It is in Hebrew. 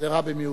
זה רע במיעוטו.